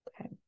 Okay